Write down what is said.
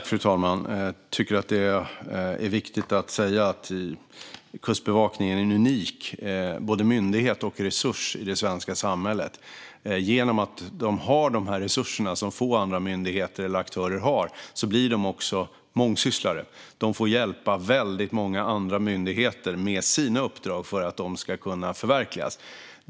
Fru talman! Jag tycker att det är viktigt att säga att Kustbevakningen är unik både som myndighet och som resurs i det svenska samhället. Genom att de har resurser som få andra myndigheter eller aktörer har blir de också mångsysslare. De får hjälpa väldigt många andra myndigheter med deras uppdrag för att de ska kunna förverkligas.